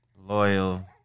loyal